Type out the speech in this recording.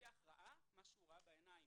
מפקח ראה בעיניים